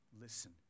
listen